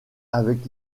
avec